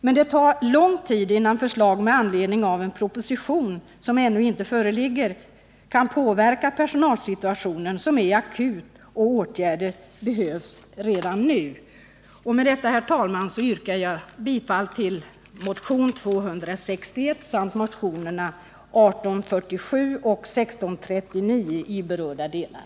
Men det tar lång tid innan förslag med anledning av en proposition — som ännu inte föreligger — kan påverka personalsituationen, som är akut. Åtgärder behövs redan nu. Jag ber, herr talman, att med detta få yrka bifall till motionen 261 samt till motionerna 1847 och 1639 i berörda delar.